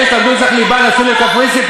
אלה שלמדו אצלך ליבה נסעו לקפריסין,